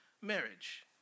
marriage